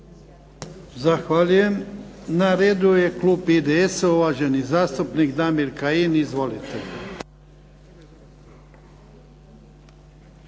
Zahvaljujem. Na redu je klub IDS-a, uvaženi zastupnik Damir Kajin. Izvolite.